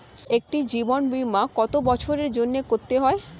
একটি জীবন বীমা কত বছরের জন্য করতে হয়?